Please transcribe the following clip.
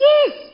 Yes